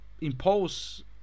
impose